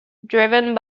driven